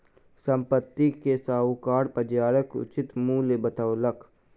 संपत्ति के साहूकार बजारक उचित मूल्य बतौलक